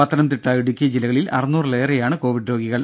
പത്തനംതിട്ട ഇടുക്കി ജില്ലകളിൽ അറുനൂറിലേറെയാണ് കോവിഡ് രോഗികൾ